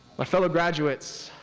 my fellow graduates,